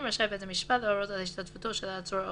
אלא בהסכמת הצדדים,